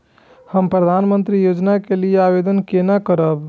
हम प्रधानमंत्री योजना के लिये आवेदन केना करब?